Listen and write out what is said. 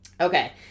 Okay